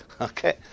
okay